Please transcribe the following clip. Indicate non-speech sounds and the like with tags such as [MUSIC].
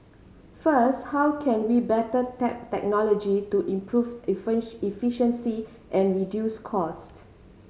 first how can we better tap technology to improve [UNINTELLIGIBLE] efficiency and reduce cost